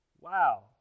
Wow